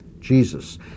Jesus